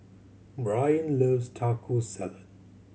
Brayan loves Taco Salad